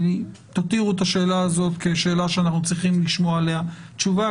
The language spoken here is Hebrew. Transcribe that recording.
תותירו את השאלה הזאת כשאלה שאנחנו צריכים לשמוע עליה תשובה.